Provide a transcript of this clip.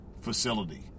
facility